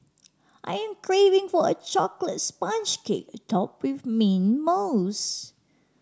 I am craving for a chocolates sponge cake topped with mint mousse